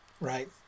right